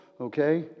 okay